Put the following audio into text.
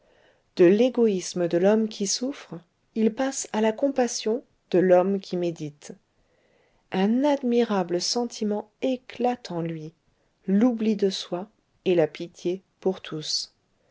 de l'égoïsme de l'homme qui souffre il passe à la compassion de l'homme qui médite un admirable sentiment éclate en lui l'oubli de soi et la pitié pour tous